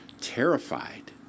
terrified